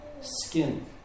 skin